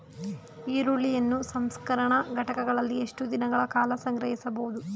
ಈರುಳ್ಳಿಯನ್ನು ಸಂಸ್ಕರಣಾ ಘಟಕಗಳಲ್ಲಿ ಎಷ್ಟು ದಿನಗಳ ಕಾಲ ಸಂಗ್ರಹಿಸಬಹುದು?